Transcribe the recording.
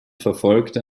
verfolge